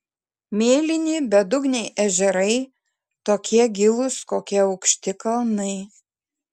mėlyni bedugniai ežerai tokie gilūs kokie aukšti kalnai